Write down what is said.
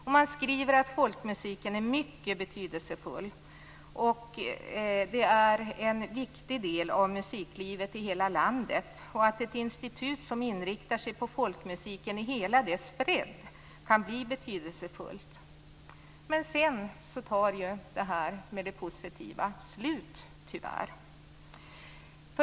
Man framhåller också att folkmusiken är mycket betydelsefull och att den är en viktig del av musiklivet i hela landet. Ett institut som inriktar sig på folkmusiken i hela dess bredd kan bli betydelsefull. Men sedan tar tyvärr det positiva slut.